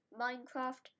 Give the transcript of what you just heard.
minecraft